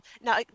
now